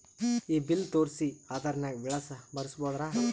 ಈ ಬಿಲ್ ತೋಸ್ರಿ ಆಧಾರ ನಾಗ ವಿಳಾಸ ಬರಸಬೋದರ?